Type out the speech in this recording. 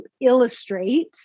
illustrate